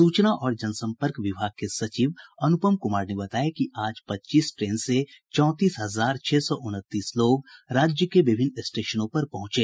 सूचना और जनसंपर्क विभाग के सचिव अनुपम कुमार ने बताया कि आज पच्चीस ट्रेन से चौंतीस हजार छह सौ उनतीस लोग राज्य के विभिन्न स्टेशनों पर पहुंचे